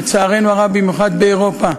לצערנו הרב, במיוחד באירופה.